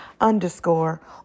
underscore